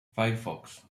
firefox